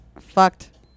fucked